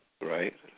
Right